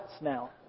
now